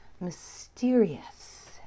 mysterious